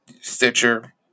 Stitcher